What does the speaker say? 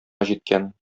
җиткән